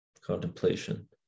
contemplation